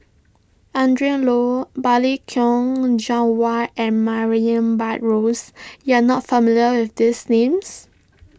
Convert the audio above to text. Adrin Loi Balli Kaur Jaswal and Murray Buttrose you are not familiar with these names